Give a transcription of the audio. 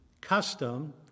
custom